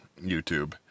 YouTube